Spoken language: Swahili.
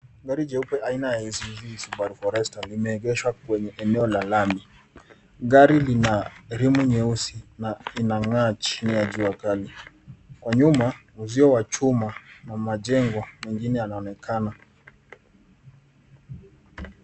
Gari jeupe aina ya SUV Subaru Forester limeegeshwa kwenye eneo la lami. Gari lina rimu nyeusi na inang'aa chini ya jua kali. Kwa nyuma, uzio wa chuma na majengo mengine yanaonekana.